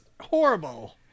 horrible